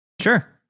Sure